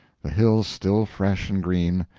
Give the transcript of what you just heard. the hills still fresh and green,